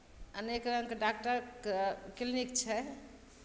अनेक रङ्गके डाकटरके क्लिनिक छै